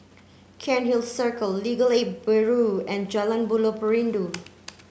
Cairnhill Circle Legal Aid Bureau and Jalan Buloh Perindu